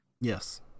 Yes